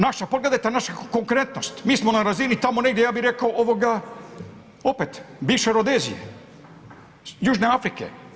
Naša, pogledajte našu konkurentnost, mi smo na razini tamo negdje ja bih rekao, opet bivše Rodezije, Južne Afrike.